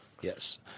Yes